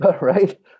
right